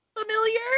familiar